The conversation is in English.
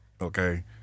Okay